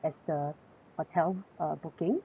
hotel uh booking